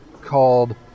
called